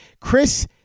Chris